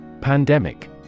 Pandemic